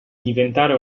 diventare